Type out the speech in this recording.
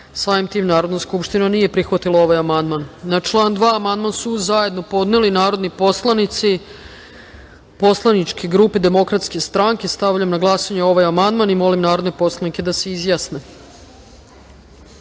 da Narodna skupština nije prihvatila ovaj amandman. Na član 2. amandman su zajedno podneli narodni poslanici poslaničke grupe Demokratske stranke. Stavljam na glasanje ovaj amandman. Molim narodne poslanike da se